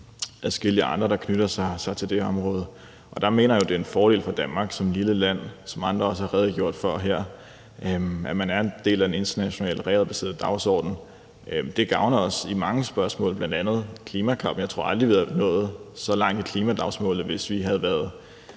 adskillige andre, der knytter sig til det her område. Og der mener jeg, at det er en fordel for Danmark som et lille land, hvilket andre også har redegjort for her, at vi er en del af en international regelbaseret orden. Det gavner os i mange spørgsmål, bl.a. klimakampen. Jeg tror aldrig, at vi var nået så langt med klimadagsordenen, hvis vi havde haft